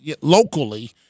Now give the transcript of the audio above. locally